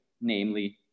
namely